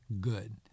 good